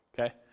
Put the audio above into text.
Okay